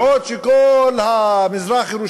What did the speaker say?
בעוד שכל מזרח-ירושלים,